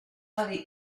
codi